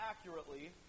accurately